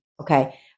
okay